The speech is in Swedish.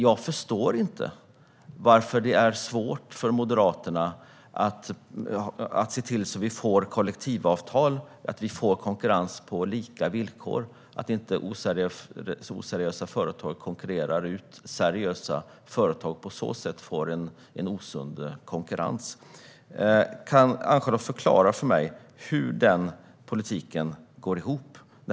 Jag förstår inte varför det är svårt för Moderaterna att kräva kollektivavtal så att det blir konkurrens på lika villkor, så att inte oseriösa företag konkurrerar ut seriösa företag. På så sätt blir det en osund konkurrens. Jag undrar om Ann-Charlotte kan förklara för mig hur den politiken går ihop.